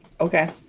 Okay